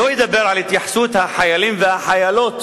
לא אדבר על התייחסות החיילים והחיילות